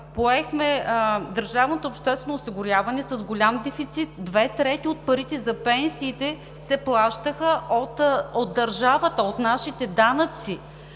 поехме държавното обществено осигуряване с голям дефицит – две трети от парите за пенсиите се плащаха от държавата, от нашите данъци.